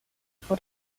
for